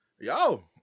Yo